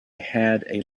had